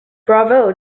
bravo